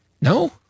No